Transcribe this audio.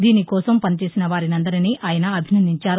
దీనికోసం పనిచేసిన వారినందరినీ ఆయన అభినందించారు